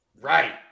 Right